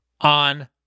on